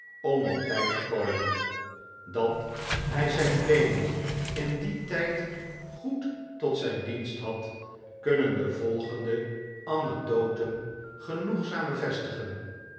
om optijd te komen dat hij zijn beenen in dien tijd goed tot zijn dienst had kunnen de volgende anecdoten genoegzaam bevestigen